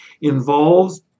involves